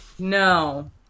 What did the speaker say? No